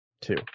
Two